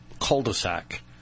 cul-de-sac